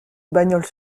bagnole